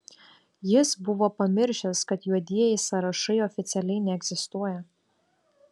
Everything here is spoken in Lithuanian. jis buvo pamiršęs kad juodieji sąrašai oficialiai neegzistuoja